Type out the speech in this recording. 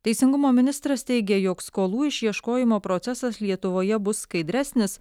teisingumo ministras teigė jog skolų išieškojimo procesas lietuvoje bus skaidresnis